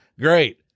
Great